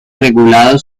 regulado